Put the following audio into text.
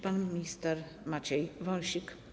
Pan minister Maciej Wąsik.